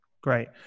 Great